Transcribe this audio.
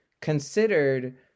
considered